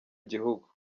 gihugu